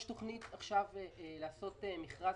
יש עכשיו תוכנית לעשות מכרז